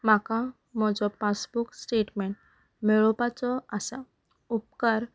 म्हाका म्हजो passbook statement मेळोवपाचो आसा उपकार